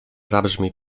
zabrzmi